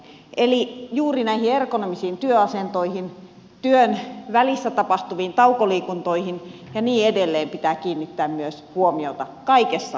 eli juuri näihin ergonomisiin työasentoihin työn välissä tapahtuviin taukoliikuntoihin ja niin edelleen pitää kiinnittää myös huomiota kaikessa opetuksessa